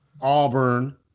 Auburn